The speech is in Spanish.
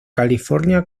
california